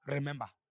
Remember